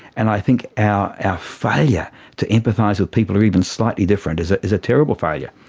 and i think our ah failure to empathise with people who are even slightly different is is a terrible failure.